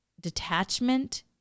detachment